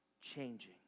changing